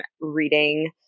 reading